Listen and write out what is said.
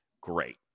great